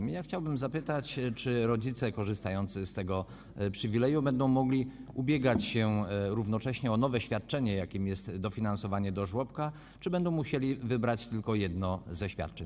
I ja chciałbym zapytać, czy rodzice korzystający z tego przywileju będą mogli ubiegać się równocześnie o nowe świadczenie, jakim jest dofinansowanie do żłobka, czy będą musieli wybrać tylko jedno ze świadczeń.